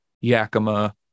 Yakima